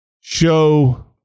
show